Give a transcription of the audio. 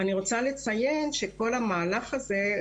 אני רוצה לציין שכל המהלך הזה,